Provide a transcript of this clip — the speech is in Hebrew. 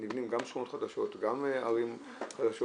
נבנות גם שכונות חדשות וגם ערים חדשות,